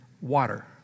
water